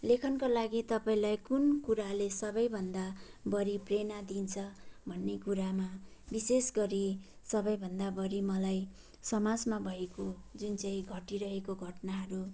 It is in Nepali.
लेखनका लागि तपाईँलाई कुन कुराले सबैभन्दा बढी प्रेरणा दिन्छ भन्ने कुरामा विशेष गरी सबैभन्दा बढी मलाई समाजमा भएको जुन चाहिँ घटिरहेको घटनाहरू